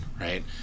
right